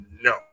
no